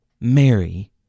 Mary